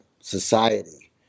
society